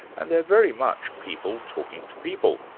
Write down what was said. and they're very much people talking to people.